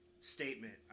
statement